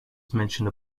mentioned